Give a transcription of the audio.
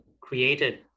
created